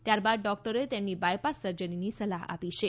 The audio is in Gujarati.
ત્યારબાદ ડોકટરોએ તેમને બાયપાસ સર્જરીની સલાહ આપી છે